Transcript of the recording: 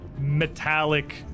metallic